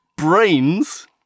Brains